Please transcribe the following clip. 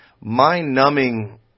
mind-numbing